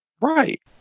Right